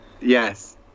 Yes